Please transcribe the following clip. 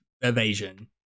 evasion